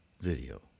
video